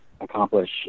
accomplish